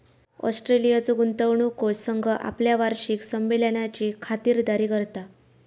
ऑस्ट्रेलियाचो गुंतवणूक कोष संघ आपल्या वार्षिक संमेलनाची खातिरदारी करता